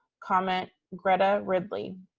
comment greta ridley.